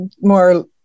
more